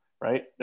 right